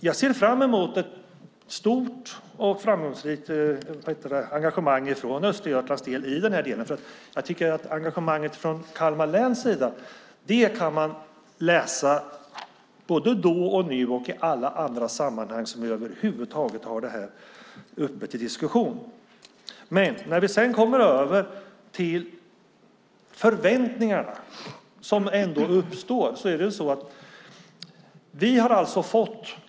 Jag ser fram emot ett stort och framgångsrikt engagemang från Östergötland i denna del. Jag tycker att man både då och nu och i alla sammanhang där vi över huvud taget har detta uppe till diskussion kan läsa om engagemanget från Kalmar läns sida. Vi kommer sedan över till de förväntningar som ändå uppstår.